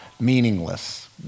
meaningless